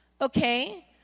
Okay